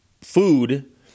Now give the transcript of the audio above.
food